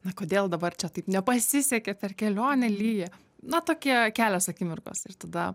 na kodėl dabar čia taip nepasisekė per kelionę lyja na tokie kelios akimirkos ir tada